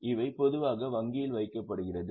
இவை பொதுவாக வங்கியில் வைக்கப்படுகிறது